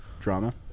drama